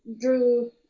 drew